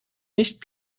nicht